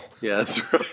Yes